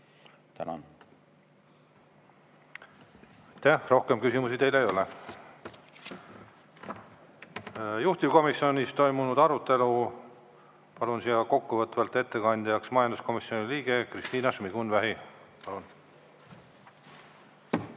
Aitäh! Rohkem küsimusi teile ei ole. Juhtivkomisjonis toimunud arutelu palun siia kokkuvõtvalt ettekandjaks majanduskomisjoni liikme Kristina Šmigun-Vähi. Palun!